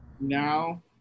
now